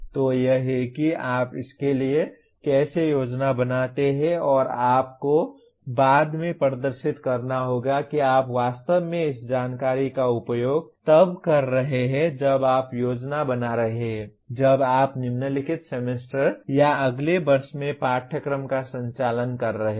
तो यह है कि आप इसके लिए कैसे योजना बनाते हैं और आपको बाद में प्रदर्शित करना होगा कि आप वास्तव में इस जानकारी का उपयोग तब कर रहे हैं जब आप योजना बना रहे हैं जब आप निम्नलिखित सेमेस्टर या अगले वर्ष में पाठ्यक्रम का संचालन कर रहे हैं